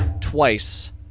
twice